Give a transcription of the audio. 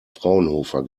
fraunhofer